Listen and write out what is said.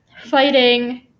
fighting